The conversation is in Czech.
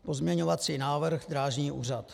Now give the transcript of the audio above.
Pozměňovací návrh Drážní úřad.